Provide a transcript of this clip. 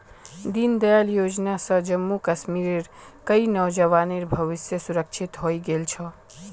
दीनदयाल योजना स जम्मू कश्मीरेर कई नौजवानेर भविष्य सुरक्षित हइ गेल छ